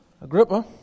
Agrippa